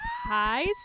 Hi